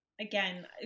again